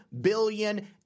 billion